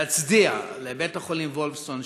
להצדיע לבית-החולים וולפסון,